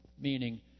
meaning